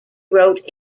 wrote